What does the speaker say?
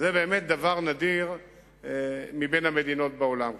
שזה באמת דבר נדיר במדינות בעולם.